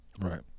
Right